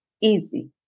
easy